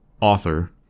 author